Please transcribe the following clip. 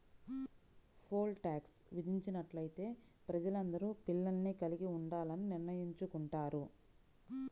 pole tax విధించినట్లయితే ప్రజలందరూ పిల్లల్ని కలిగి ఉండాలని నిర్ణయించుకుంటారు